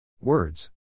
Words